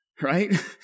Right